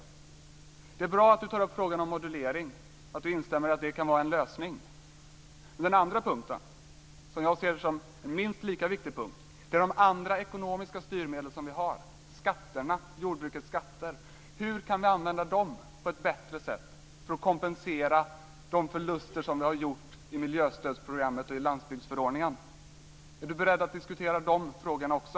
Det är bra att jordbruksministern tar upp frågan om modulering och att hon instämmer att det kan vara en lösning, men den andra punkten, som jag ser som en minst lika viktig punkt, är de andra ekonomiska styrmedel som vi har, nämligen jordbrukets skatter. Hur kan vi använda dem på ett bättre sätt för att kompensera för de förluster som vi har gjort i miljöstödsprogrammet och i landsbygdsförordningen? Är jordbruksministern beredd att diskutera de frågorna också?